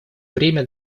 время